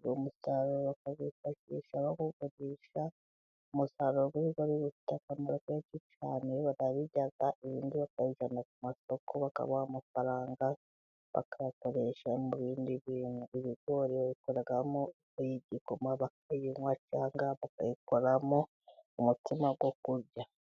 Uwo musaruro bawifashisha bawugurisha. Umusaruro uba utameze neza cyane barawurya, ibindi bakabijyana ku masoko bakabaha amafaranga bakayatagayishyira mu bindi bintu. Ibigori babikoramo igikoma bakakinywa cyangwa bakabikoramo umutsima wo kurya.